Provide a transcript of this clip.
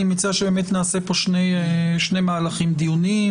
אני מציע שנעשה פה שני מהלכים דיוניים,